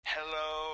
Hello